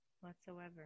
whatsoever